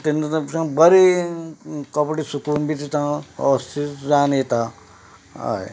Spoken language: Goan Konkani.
तेन्ना तें बरें कपडे सुकून बी दिता जावन येता हय